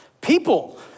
People